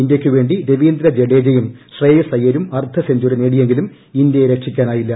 ഇന്ത്യയ്ക്കു വേണ്ടി രവീന്ദ്ര ജഡേജയും ശ്രേയസ് അയ്യരും അർദ്ധ സെഞ്ചറി നേടിയെങ്കിലും ഇന്ത്യയെ രക്ഷിക്കാനായില്ല